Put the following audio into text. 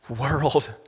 world